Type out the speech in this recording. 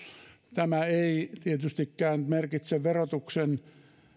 tämä ei tietystikään merkitse verotuksen